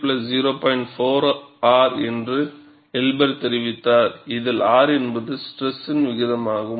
4 R என்று எல்பர்தெரிவித்தார் இதில் R என்பது ஸ்ட்ரெஸ் விகிதமாகும்